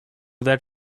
that